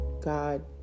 God